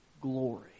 glory